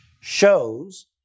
shows